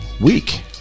week